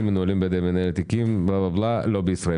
מנוהלים בידי מנהל התיקים --- לא בישראל.